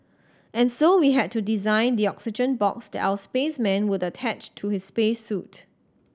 and so we had to design the oxygen box that our spaceman would attach to his space suit